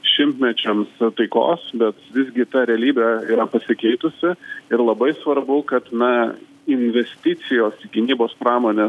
šimtmečiam taikos bet visgi ta realybė yra pasikeitusi ir labai svarbu kad na investicijos į gynybos pramonę